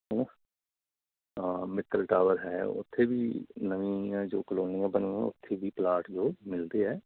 ਹੈਂ ਨਾ ਤਾਂ ਮਿੱਤਲ ਟਾਵਰ ਹੈ ਉੱਥੇ ਵੀ ਨਵੀਂਆਂ ਜੋ ਕਲੋਨੀਆਂ ਬਣੀਆਂ ਉੱਥੇ ਵੀ ਪਲਾਟ ਜੋ ਮਿਲਦੇ ਹੈ